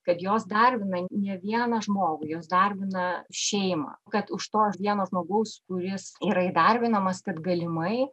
kad jos darbina ne vieną žmogų jos darbina šeimą kad už to vieno žmogaus kuris yra įdarbinamas kad galimai